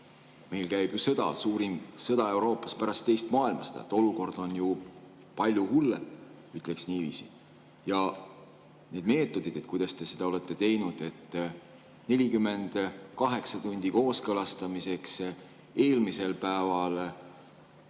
meil käib sõda, suurim sõda Euroopas pärast teist maailmasõda. Olukord on palju hullem, ütleks niiviisi. Ja need meetodid, kuidas te seda olete teinud: 48 tundi kooskõlastamiseks, eelmisel päeval